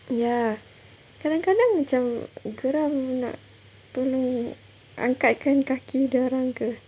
ya kadang-kadang macam geram nak tolong angkatkan kaki dia orang ke